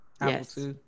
Yes